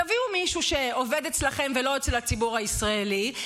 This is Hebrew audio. תביאו מישהו שעובד אצלכם ולא אצל הציבור הישראלי,